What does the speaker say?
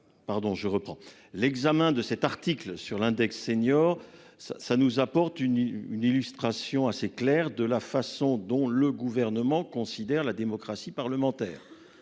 l'examen de cet article sur l'index senior ça ça nous apporte une une illustration assez claire de la façon dont le gouvernement considère la démocratie parlementaire.